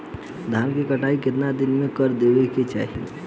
धान क कटाई केतना दिन में कर देवें कि चाही?